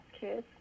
kids